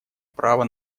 права